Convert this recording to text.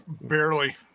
Barely